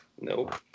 Nope